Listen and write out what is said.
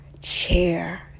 chair